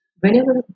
Whenever